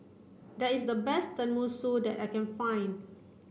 that is the best Tenmusu that I can find